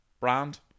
brand